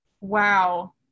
Wow